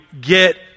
get